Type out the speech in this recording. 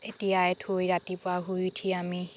তিয়াই থৈ ৰাতিপুৱা শুই উঠি আমি